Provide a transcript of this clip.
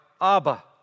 Abba